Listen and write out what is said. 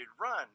run